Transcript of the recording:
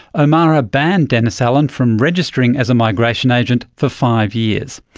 omara banned dennis allan from registering as a migration agent for five years.